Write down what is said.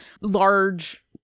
large